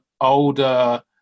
older